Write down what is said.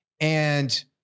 And-